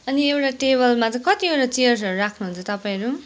अनि एउटा टेबलमा चाहिँ कतिवटा चियरहरू राख्नुहुन्छ तपाईँहरू